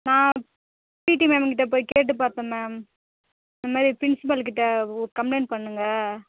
நான் பிடி மேமுக்கிட்ட போய் கேட்டு பார்த்தேன் மேம் இந்த மாரி ப்ரின்ஸ்பல்கிட்ட கம்ப்ளைண்ட் பண்ணுங்கள்